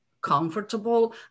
comfortable